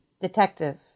Detective